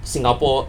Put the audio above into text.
singapore